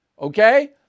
okay